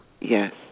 Yes